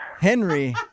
Henry